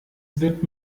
wird